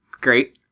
Great